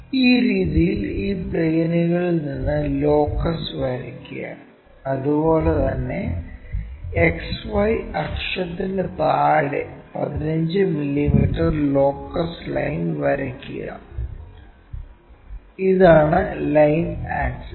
ഈ രീതിയിൽ ഈ പ്ലെയിനുകളിൽ നിന്ന് ലോക്കസ് വരയ്ക്കുക അതുപോലെ തന്നെ XY അക്ഷത്തിന് താഴെ 15 മില്ലീമീറ്റർ ലോക്കസ് ലൈൻ വരയ്ക്കുക ഇതാണ് ലൈൻ ആക്സിസ്